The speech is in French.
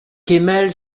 kemal